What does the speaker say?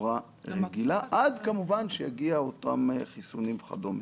בצורה רגילה, עד שיגיעו חיסונים כמובן וכדומה.